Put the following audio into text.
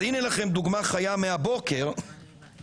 אז הנה לכם דוגמה חיה מהבוקר לפנייה